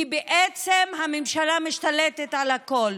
כי בעצם הממשלה משתלטת על הכול.